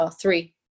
three